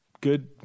good